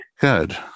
Good